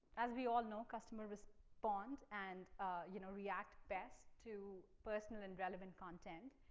as we all know, customers respond and you know react best to personal and relevant content.